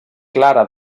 clara